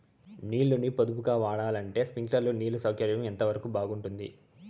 నీళ్ళ ని పొదుపుగా వాడాలంటే స్ప్రింక్లర్లు నీళ్లు సౌకర్యం ఎంతవరకు బాగుంటుంది?